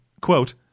quote